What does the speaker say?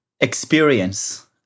experience